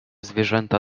zwierzęta